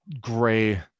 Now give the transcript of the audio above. gray